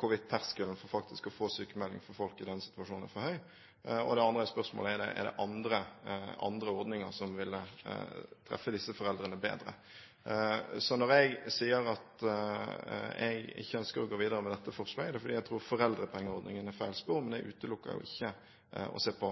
hvorvidt terskelen for å få sykmelding i denne situasjonen er for høy. Det andre er spørsmålet: Er det andre ordninger som vil treffe disse foreldrene bedre? Når jeg sier at jeg ikke ønsker å gå videre med dette forslaget, er det fordi jeg tror foreldrepengeordningen er feil spor, men jeg utelukker ikke å se på